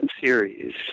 series